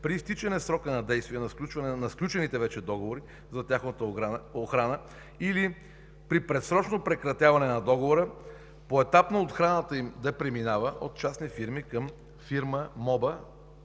при изтичане срока на действие на сключените вече договори за тяхната охрана или при предсрочно прекратяване на договора поетапно охраната им да преминава от частни фирми към фирма МОБА